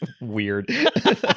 Weird